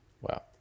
Wow